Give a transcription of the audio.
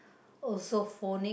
also phonic